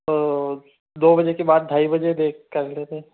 तो दो बजे के बाद ढाई बजे देख कर लेते है